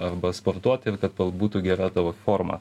arba sportuot ir kad tau būtų gera tavo forma